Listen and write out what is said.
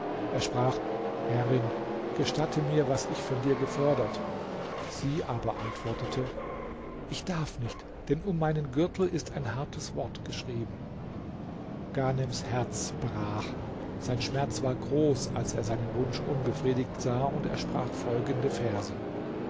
er sprach herrin gestatte mir was ich von dir gefordert sie aber antwortete ich darf nicht denn um meinen gürtel ist ein hartes wort geschrieben ghanems herz brach sein schmerz war groß als er seinen wunsch unbefriedigt sah und er sprach folgende verse